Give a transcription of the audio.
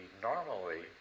normally